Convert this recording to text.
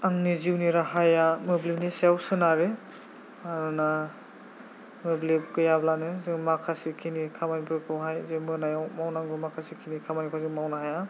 आंनि जिउनि राहाया मोब्लिबनि सायाव सोनारो मानोना मोब्लिब गैयाब्लानो जों माखासे खिनि खामानिफोरखौहाय जे मोनायाव मावनांगौ माखासे खामानिखौ जों मावनो हाया